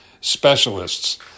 specialists